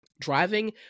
driving